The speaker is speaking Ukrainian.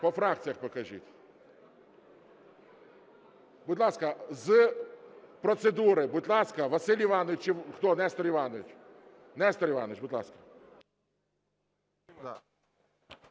По фракціях покажіть. Будь ласка, з процедури. Будь ласка, Василь Іванович. Чи хто, Нестор Іванович? Нестор Іванович, будь ласка.